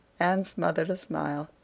anne smothered a smile.